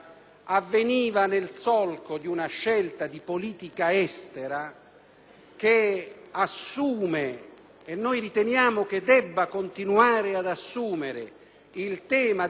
e noi riteniamo che debba continuare ad assumere, il tema della stabilità e della sicurezza del Mediterraneo come scelta strategica,